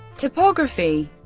topography